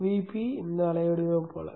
VP அலை படிவம் போல